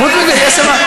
חוץ מזה, יש שם,